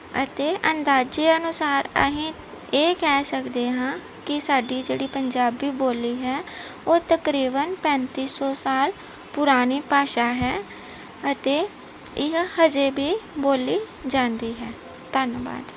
ਅਤੇ ਅੰਦਾਜ਼ੇ ਅਨੁਸਾਰ ਅਸੀਂ ਇਹ ਕਹਿ ਸਕਦੇ ਹਾਂ ਕਿ ਸਾਡੀ ਜਿਹੜੀ ਪੰਜਾਬੀ ਬੋਲੀ ਹੈ ਉਹ ਤਕਰੀਬਨ ਪੈਂਤੀ ਸੌ ਸਾਲ ਪੁਰਾਣੀ ਭਾਸ਼ਾ ਹੈ ਅਤੇ ਇਹ ਹਜੇ ਵੀ ਬੋਲੀ ਜਾਂਦੀ ਹੈ ਧੰਨਵਾਦ